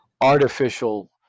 artificial